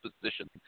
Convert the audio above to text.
position